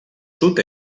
sud